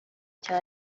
cya